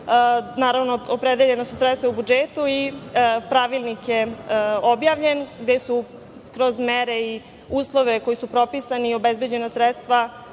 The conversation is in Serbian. Naravno, opredeljena su sredstva u budžetu i pravilnik je objavljen, gde su kroz mere i uslove koji su propisani, obezbeđena sredstva